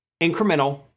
incremental